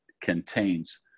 contains